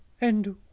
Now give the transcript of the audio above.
And